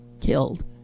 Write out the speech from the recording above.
killed